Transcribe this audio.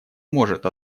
может